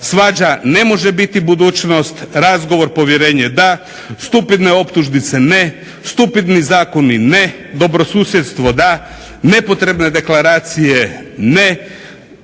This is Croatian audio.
Svađa ne može biti budućnost. Razgovor, povjerenje da. Stupidne optužnice ne. Stupidni zakoni ne, dobro susjedstvo da. Nepotrebne deklaracije ne.